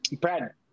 Brad